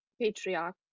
patriarch